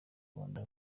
rwanda